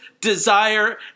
desire